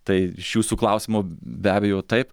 tai iš jūsų klausimo be abejo taip